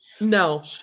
No